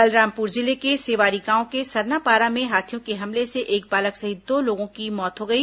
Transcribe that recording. बलरामपुर जिले के सेवारी गांव के सरनापारा में हाथियों के हमले से एक बालक सहित दो लोगों की मौत हो गई